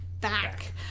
back